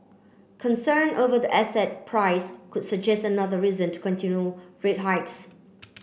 concern over the asset price could suggest another reason to continue rate hikes